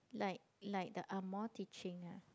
like like the Angmoh teaching ah